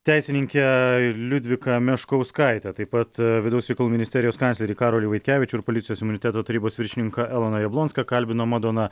teisininkė liudvika meškauskaitė taip pat vidaus reikalų ministerijos kanclerį karolį vaitkevičių ir policijos imuniteto tarnybos viršininką eloną jablonską kalbino madona